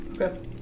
Okay